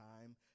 time